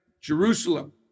Jerusalem